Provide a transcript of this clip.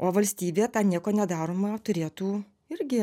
o valstybė tą nieko nedaromą turėtų irgi